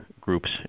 groups